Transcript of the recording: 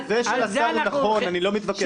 המתווה של השר הוא נכון, אני לא מתווכח אתו.